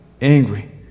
angry